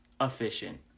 efficient